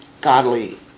godly